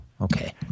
okay